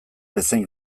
bezain